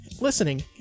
listening